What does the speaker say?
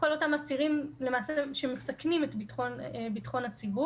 כל אותם אסירים שמסכנים את ביטחון הציבור.